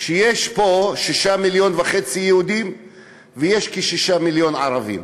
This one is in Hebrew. שיש פה 6.5 מיליון יהודים ויש כ-6 מיליון ערבים.